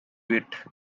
bit